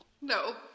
No